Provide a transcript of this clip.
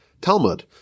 Talmud